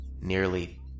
Nearly